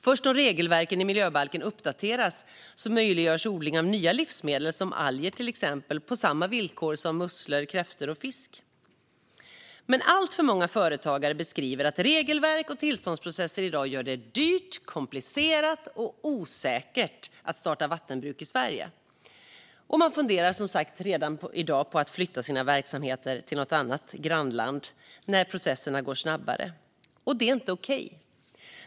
Först om regelverken i miljöbalken uppdateras möjliggörs odlingar av nya livsmedel, till exempel alger, på samma villkor som musslor, kräftor och fisk. Men alltför många företagare beskriver att regelverk och tillståndsprocesser i dag gör det dyrt, komplicerat och osäkert att starta vattenbruk i Sverige, och de funderar redan i dag på att flytta sina verksamheter till något grannland där processerna går snabbare. Det är inte okej.